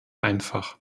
einfach